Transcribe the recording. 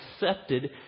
accepted